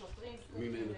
השוטרים זקוקים לזה,